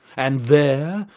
and there,